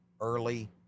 early